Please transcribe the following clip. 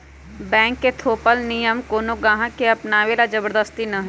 bank के थोपल नियम कोनो गाहक के अपनावे ला जबरदस्ती न हई